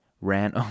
ran